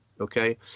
Okay